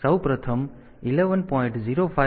તેથી સૌ પ્રથમ 11